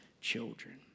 children